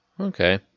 Okay